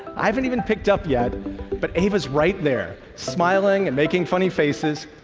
i haven't even picked up yet but ava is right there smiling and making funny faces.